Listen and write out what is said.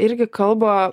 irgi kalba